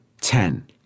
Ten